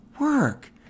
work